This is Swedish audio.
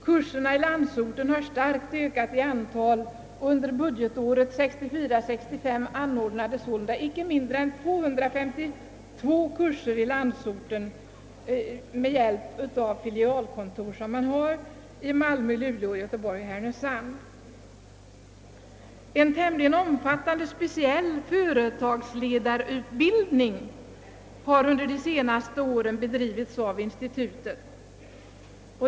Kurserna i landsorten har också starkt ökat i antal. Under budgetåret 1964/65 anordnades sålunda icke mindre än 252 kurser i landsorten — med hjälp av filialkontor i Malmö, Luleå, Göteborg och Härnösand. En tämligen omfattande speciell företagsledarutbildning har under de senaste åren bedrivits av institutet.